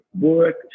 work